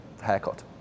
haircut